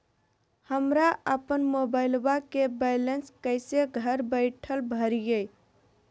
हमरा अपन मोबाइलबा के बैलेंस कैसे घर बैठल भरिए?